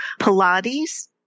Pilates